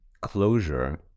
closure